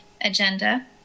agenda